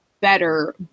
better